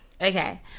okay